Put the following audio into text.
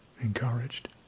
Encouraged